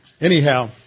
Anyhow